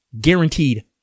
guaranteed